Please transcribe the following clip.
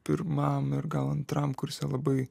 pirmam ir gal antram kurse labai